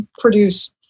produce